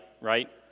right